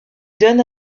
donne